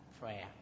Prayer